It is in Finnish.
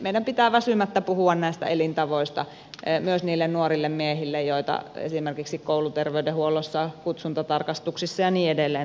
meidän pitää väsymättä puhua elintavoista myös niille nuorille miehille joita esimerkiksi kouluterveydenhuollossa kutsuntatarkastuksissa ja niin edelleen tavoitamme